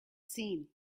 seen